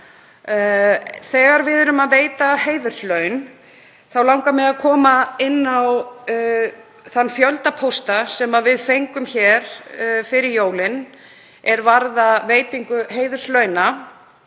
þegar við erum að veita heiðurslaun. Mig langar að koma inn á þann fjölda pósta sem við fengum hér fyrir jólin er vörðuðu veitingu heiðurslauna.